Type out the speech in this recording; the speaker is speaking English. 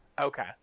Okay